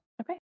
Okay